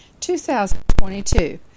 2022